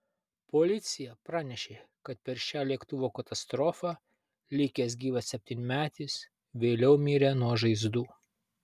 policija pranešė kad per šią lėktuvo katastrofą likęs gyvas septynmetis vėliau mirė nuo žaizdų